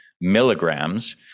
milligrams